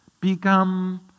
become